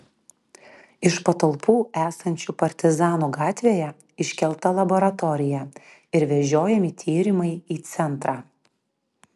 iš patalpų esančių partizanų gatvėje iškelta laboratorija ir vežiojami tyrimai į centrą